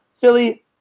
Philly